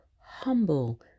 humble